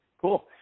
Cool